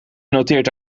noteert